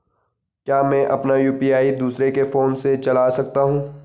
क्या मैं अपना यु.पी.आई दूसरे के फोन से चला सकता हूँ?